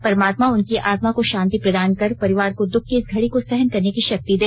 परमात्मा उनकी आत्मा को शांति प्रदान कर परिवार को दःख की इस घड़ी को सहन करने की शक्ति दे